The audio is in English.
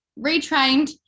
retrained